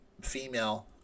female